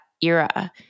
era